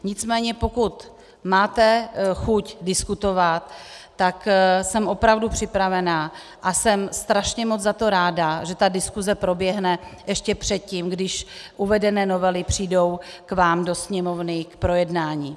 Nicméně pokud máte chuť diskutovat, tak jsem opravdu připravená a jsem strašně moc za to ráda, že diskuse proběhne ještě předtím, kdy uvedené novely přijdou k vám do Sněmovny k projednání.